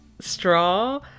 straw